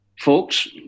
folks